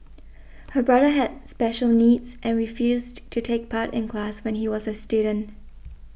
her brother had special needs and refused to take part in class when he was a student